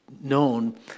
known